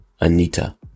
Anita